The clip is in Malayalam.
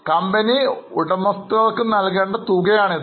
കമ്പനി ഉടമസ്ഥർക്ക് നൽകേണ്ട തുകയാണിത്